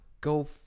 Go